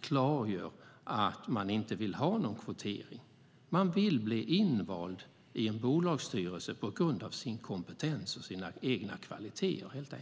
klargör att de inte vill ha någon kvotering. De vill helt enkelt bli invalda i en bolagsstyrelse på grund av sin kompetens och sina egna kvaliteter.